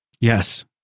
Yes